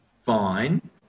fine